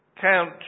Count